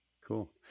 Cool